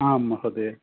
आं महोदय